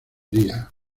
día